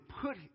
put